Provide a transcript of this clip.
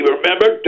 remember